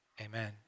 Amen